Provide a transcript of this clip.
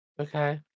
Okay